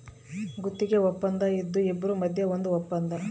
ಗುತ್ತಿಗೆ ವಪ್ಪಂದ ಇದು ಇಬ್ರು ಮದ್ಯ ಒಂದ್ ವಪ್ಪಂದ